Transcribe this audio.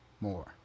more